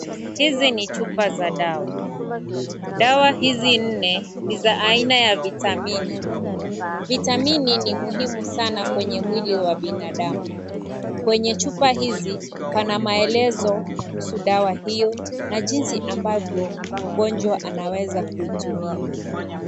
Hizi ni chupa za dawa. Dawa hizi nne ni za aina ya vitamini, vitamini ni muhimu sana kwenye mwili wa binadamu, kwenye chupa hizi pana maelezo kuhusu dawa hiyo na jinsi ambavyo mgonjwa anaweza kuitumia.